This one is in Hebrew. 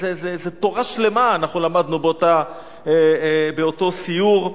תורה שלמה אנחנו למדנו באותו סיור.